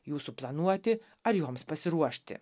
jų suplanuoti ar joms pasiruošti